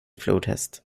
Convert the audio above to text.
flodhäst